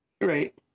Right